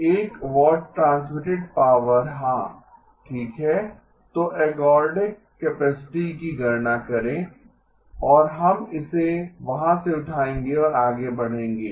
तो 1W transmitted power हाँ ठीक है तो एर्गोडिक कैपेसिटी की गणना करें और हम इसे वहां से उठाएंगे और आगे बढ़ेंगे